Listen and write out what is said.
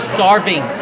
Starving